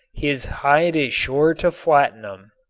his hide is sure to flatten em.